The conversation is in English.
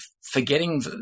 forgetting